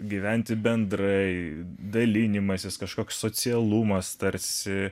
gyventi bendrai dalinimasis kažkoks socialumas tarsi